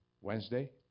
Wednesday